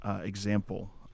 example